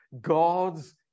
God's